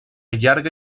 llarga